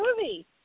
movie